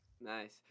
nice